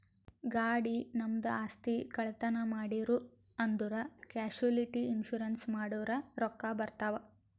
ಗಾಡಿ, ನಮ್ದು ಆಸ್ತಿ, ಕಳ್ತನ್ ಮಾಡಿರೂ ಅಂದುರ್ ಕ್ಯಾಶುಲಿಟಿ ಇನ್ಸೂರೆನ್ಸ್ ಮಾಡುರ್ ರೊಕ್ಕಾ ಬರ್ತಾವ್